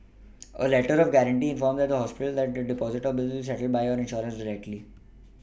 a letter of guarantee informs the hospital that your Deposit or Bills will be settled by your insurer directly